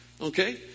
Okay